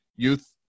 youth